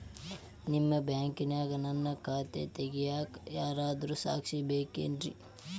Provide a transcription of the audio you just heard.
ನಿಮ್ಮ ಬ್ಯಾಂಕಿನ್ಯಾಗ ನನ್ನ ಖಾತೆ ತೆಗೆಯಾಕ್ ಯಾರಾದ್ರೂ ಸಾಕ್ಷಿ ಬೇಕೇನ್ರಿ?